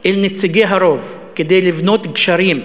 אל נציגי הרוב כדי לבנות גשרים,